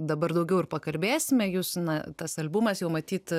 dabar daugiau ir pakalbėsime jūs na tas albumas jau matyt